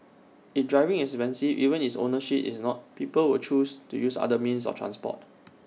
if driving is expensive even if ownership is not people will choose to use other means of transport